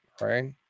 Right